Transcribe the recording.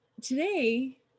today